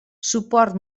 suport